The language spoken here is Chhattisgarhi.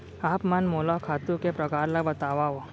आप मन मोला खातू के प्रकार ल बतावव?